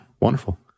Wonderful